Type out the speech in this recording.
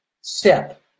Step